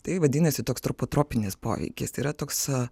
tai vadinasi toks tropo tropinis poveikis tai yra toks